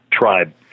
tribe